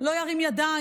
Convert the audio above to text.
לא ירים ידיים,